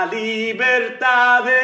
libertad